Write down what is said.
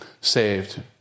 saved